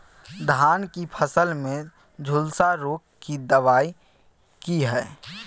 धान की फसल में झुलसा रोग की दबाय की हय?